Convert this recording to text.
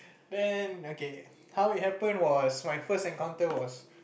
then okay how it happened was my first encounter was